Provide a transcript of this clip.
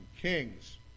kings